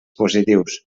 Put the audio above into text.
positius